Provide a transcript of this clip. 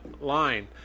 line